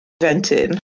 invented